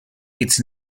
its